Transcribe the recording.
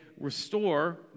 Restore